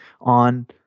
on